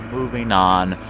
moving on,